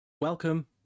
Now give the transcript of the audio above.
Welcome